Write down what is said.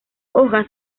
hojas